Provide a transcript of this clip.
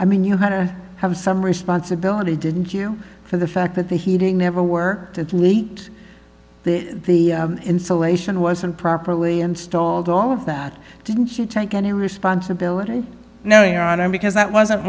i mean you had to have some responsibility didn't you for the fact that the heating never worked at leat the insulation wasn't properly installed all of that didn't you take any responsibility no your honor because that wasn't